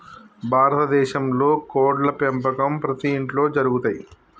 భారత దేశంలో కోడ్ల పెంపకం ప్రతి ఇంట్లో జరుగుతయ్